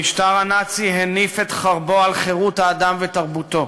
המשטר הנאצי הניף את חרבו על חירות האדם ותרבותו,